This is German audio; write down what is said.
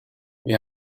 wir